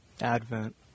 Advent